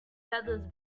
feathers